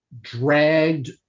dragged